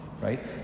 Right